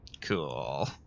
Cool